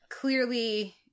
clearly